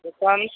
दुकान